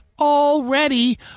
already